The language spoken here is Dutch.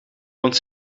want